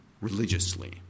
religiously